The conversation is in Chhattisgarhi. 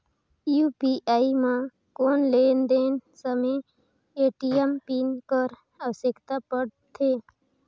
यू.पी.आई म कौन लेन देन समय ए.टी.एम पिन कर आवश्यकता पड़थे?